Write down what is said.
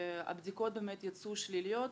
הבדיקות באמת יצאו שליליות.